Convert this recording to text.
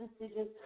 decisions